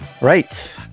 Right